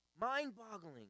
Mind-boggling